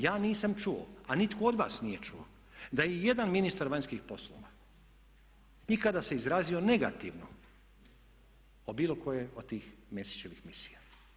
Ja nisam čuo a nitko od vas nije čuo da je i jedan ministar vanjskih poslova nikada se izrazio negativno o bilo kojoj od tih Mesićevih misija.